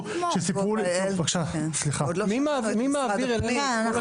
לי --- עוד לא שמענו את משרד הפנים.